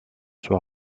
soit